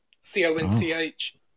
C-O-N-C-H